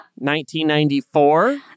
1994